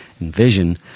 envision